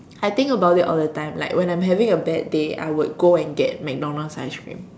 I think about it all the time like when I'm having a bad day I would go and get McDonald's ice cream